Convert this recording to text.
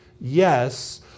Yes